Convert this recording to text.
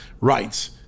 rights